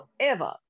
forever